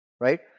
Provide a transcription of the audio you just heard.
Right